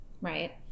right